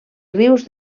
rius